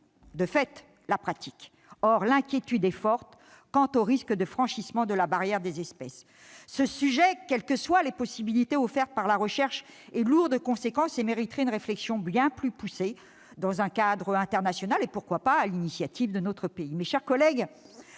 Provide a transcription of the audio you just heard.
de fait, la pratique. Or l'inquiétude est forte quant au risque de franchissement de la barrière des espèces. Ce sujet, quelles qu'en soient les possibilités offertes pour la recherche, est lourd de conséquences. Il mériterait une réflexion bien plus poussée, dans un cadre international, et pourquoi pas sur l'initiative de notre pays. Voilà ! Mes chers collègues,